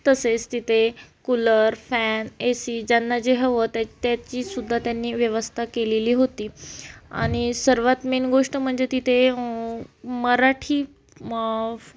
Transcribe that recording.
तसेच तिथे cooler fan A C ज्यांना जे हवं त्या त्याची सुद्धा त्यांनी व्यवस्था केलेली होती आणि सर्वात मेन गोष्ट म्हणजे तिथे मराठी म